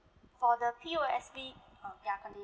for the P_O_S_B um ya condi~